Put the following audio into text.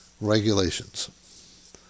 regulations